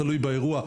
תלוי באירוע,